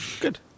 good